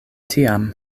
tiam